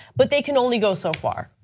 but they can only go so far.